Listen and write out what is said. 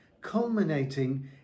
culminating